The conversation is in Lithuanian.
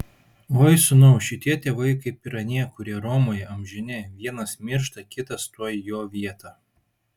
oi sūnau šitie tėvai kaip ir anie kurie romoje amžini vienas miršta kitas tuoj į jo vietą